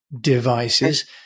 devices